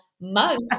mugs